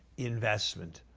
investment